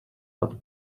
but